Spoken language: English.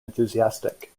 enthusiastic